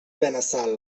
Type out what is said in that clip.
benassal